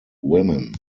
women